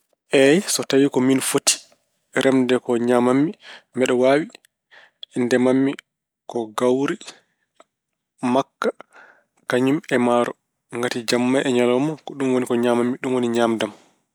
Eey, so tawi miin foti remde ko ñaam-mi, mbeɗa waawi. Ndema-mi ko kaawri, makka kañum e maaro. Jamma e ñalawma ko ɗum woni ko ñaam-mi, ɗum woni ñaamde am.